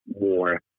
more